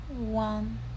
One